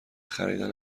خریدن